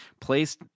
placed